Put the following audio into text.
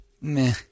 Meh